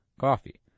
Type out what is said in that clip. coffee